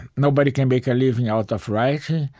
nobody can make a living out of writing.